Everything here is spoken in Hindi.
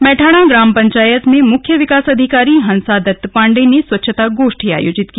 मैठाणा ग्राम पंचायत में मुख्य विकास अधिकारी हंसा दत्त पांडे ने स्वच्छता गोष्ठी आयोजित की